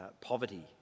poverty